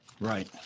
Right